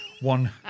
one